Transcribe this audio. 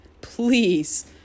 please